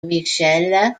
michael